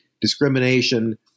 discrimination